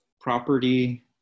property